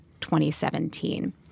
2017